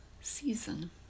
season